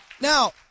Now